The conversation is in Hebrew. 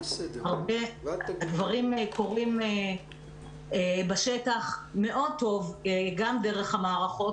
הדברים קורים בשטח מאוד טוב גם דרך המערכות.